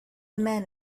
man